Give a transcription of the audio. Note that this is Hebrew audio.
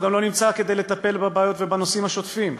הוא גם לא נמצא כדי לטפל בבעיות ובנושאים השוטפים,